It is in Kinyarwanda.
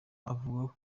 avuga